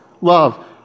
Love